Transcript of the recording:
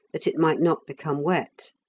that it might not become wet.